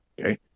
Okay